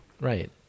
right